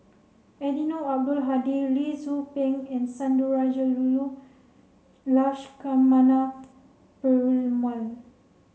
Eddino Abdul Hadi Lee Tzu Pheng and Sundarajulu Lakshmana Perumal